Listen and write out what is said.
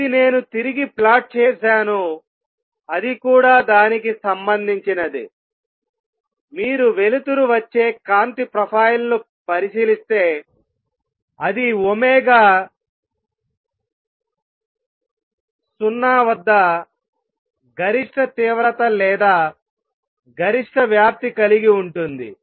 ఇది నేను తిరిగి ప్లాట్ చేశాను అది కూడా దానికి సంబంధించినదే మీరు వెలుతురు వచ్చే కాంతి ప్రొఫైల్ను పరిశీలిస్తే అది ఒమేగా 0 వద్ద గరిష్ట తీవ్రత లేదా గరిష్ట వ్యాప్తి కలిగి ఉంటుంది